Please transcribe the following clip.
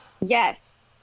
Yes